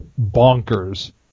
bonkers